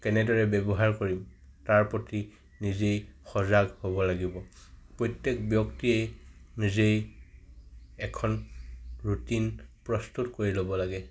কেনেদৰে ব্যৱহাৰ কৰিম তাৰ প্ৰতি নিজেই সজাগ হ'ব লাগিব প্ৰত্যেক ব্যক্তিয়েই নিজেই এখন ৰুটিন প্ৰস্তুত কৰি ল'ব লাগে